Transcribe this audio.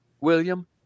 William